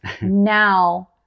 now